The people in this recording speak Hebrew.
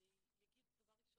אני אגיד דבר ראשון,